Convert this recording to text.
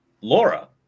Laura